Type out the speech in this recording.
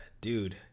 dude